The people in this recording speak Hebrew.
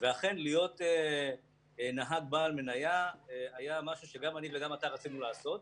ואכן להיות נהג בעל מניה היה משהו שגם אני וגם אתה רצינו לעשות.